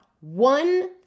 One